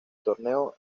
torneo